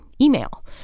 email